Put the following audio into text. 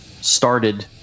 started